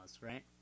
right